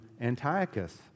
Antiochus